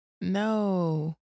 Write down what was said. No